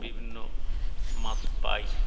বিভিন্ন মাছ পাই